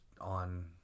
on